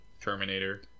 Terminator